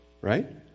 right